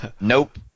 Nope